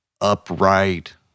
upright